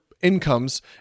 incomes